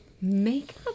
Makeup